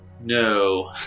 No